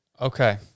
Okay